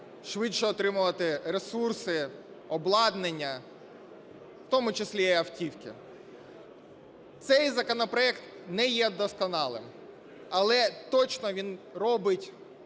швидше отримувати ресурси, обладнання, в тому числі і автівки. Цей законопроект не є досконалим, але точно він робить